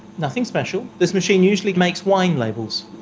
nothing special. this machine usually makes wine labels.